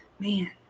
Man